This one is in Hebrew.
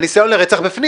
הניסיון לרצח בפנים.